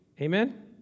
Amen